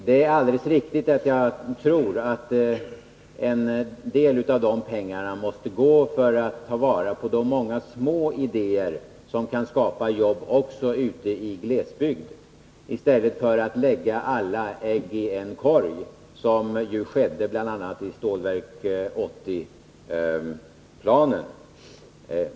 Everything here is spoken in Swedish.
Det är alldeles riktigt att jag tror att en del av pengarna måste användas för att ta vara på de många små idéer som kan skapa jobb också ute i glesbygderna, i stället för att lägga alla ägg i en korg, som ju skedde bl.a. i Stålverk 80-planen.